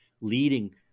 leading